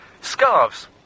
Scarves